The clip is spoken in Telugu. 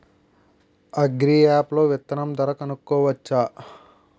అగ్రియాప్ లో విత్తనం ధర కనుకోవచ్చా?